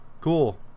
cool